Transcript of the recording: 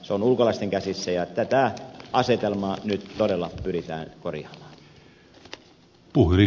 se on ulkolaisten käsissä ja tätä asetelmaa nyt todella pyritään korjaamaan